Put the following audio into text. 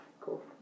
Cool